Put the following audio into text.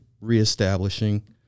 reestablishing